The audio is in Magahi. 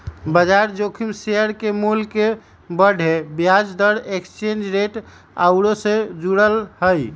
बजार जोखिम शेयर के मोल के बढ़े, ब्याज दर, एक्सचेंज रेट आउरो से जुड़ल हइ